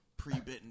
Pre-bitten